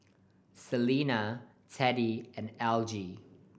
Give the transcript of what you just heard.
Selena Teddie and Algie